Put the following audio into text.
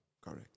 Correct